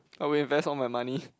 I will invest all my money